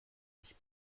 sich